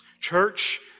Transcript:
Church